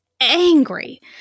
angry